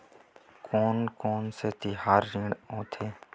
कोन कौन से तिहार ऋण होथे?